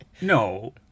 No